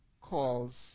calls